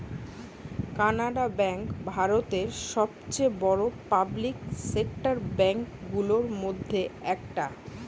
Canara bank ভারতের সবচেয়ে বড়ো পাবলিক সেক্টর ব্যাঙ্ক গুলোর মধ্যে একটা